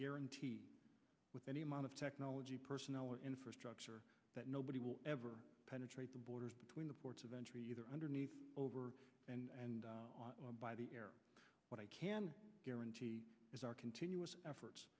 guarantee with any amount of technology personnel or infrastructure that nobody will ever penetrate the borders between the ports of entry either underneath over and by the air what i can guarantee is our continuous efforts